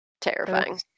Terrifying